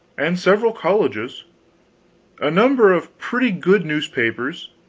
and several colleges a number of pretty good newspapers.